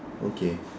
okay